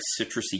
citrusy